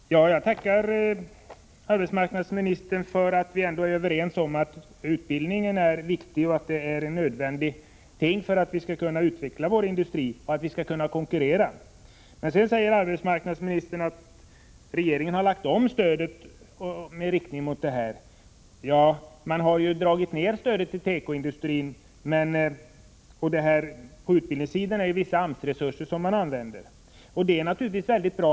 Herr talman! Jag tackar för beskedet från arbetsmarknadsministern om att vi ändå är överens om att utbildning är någonting viktigt och att den är nödvändig för att vi skall kunna utveckla vår industri och kunna konkurrera. Men sedan säger arbetsmarknadsministern att regeringen har lagt om stödet till tekoindustrin. Ja, man har dragit ned på stödet till tekoindustrin. På utbildningssidan använder man sig av vissa AMS-resurser, och det är naturligtvis väldigt bra.